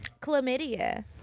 Chlamydia